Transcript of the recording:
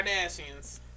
Kardashians